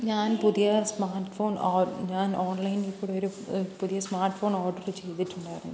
ഞാൻ പുതിയ smartphone on ഞാൻ ഓൺലൈനിൽ കൂടൊരു പുതിയ സ്മാർട്ട് ഫോൺ ഓഡർ ചെയ്തിട്ടുണ്ടായിരുന്നു